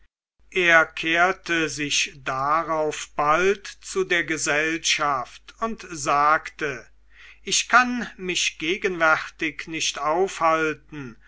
er kehrte sich bald darauf zu der gesellschaft und sagte ich kann mich gegenwärtig nicht aufhalten